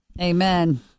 Amen